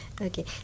okay